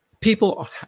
people